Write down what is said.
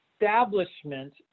establishment